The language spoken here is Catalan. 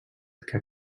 que